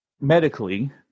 medically